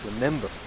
remember